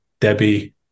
Debbie